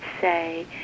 say